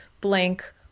blank